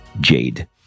Jade